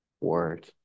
word